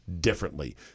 differently